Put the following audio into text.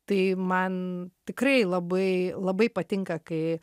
tai man tikrai labai labai patinka kai